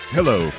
Hello